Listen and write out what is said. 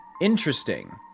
Interesting